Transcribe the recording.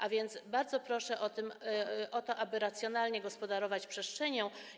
A więc bardzo proszę o to, aby racjonalnie gospodarować przestrzenią.